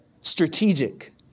strategic